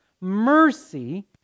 Mercy